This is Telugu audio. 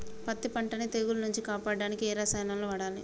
పత్తి పంటని తెగుల నుంచి కాపాడడానికి ఏ రసాయనాలను వాడాలి?